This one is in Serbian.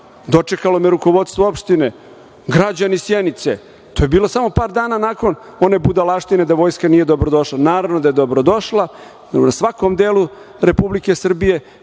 Dočekalo me rukovodstvo opštine, građani Sjenice. To je bilo samo par dana nakon one budalaštine da vojska nije dobrodošla. Naravno da je dobrodošla u svakom delu Republike Srbije